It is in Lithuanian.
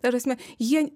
ta prasme jie